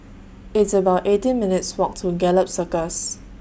It's about eighteen minutes' Walk to Gallop Circus